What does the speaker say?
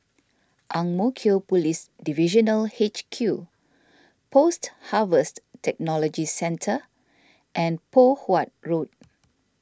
Ang Mo Kio Police Divisional H Q Post Harvest Technology Centre and Poh Huat Road